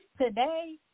today